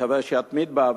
ומקווה שיתמיד בה,